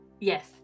Yes